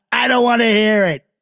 i don't want to hear it